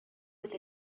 with